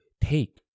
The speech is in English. take